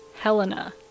Helena